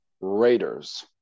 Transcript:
Raiders